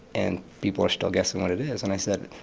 and people are still guessing what it is. and i said,